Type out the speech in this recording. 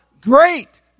great